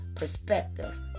perspective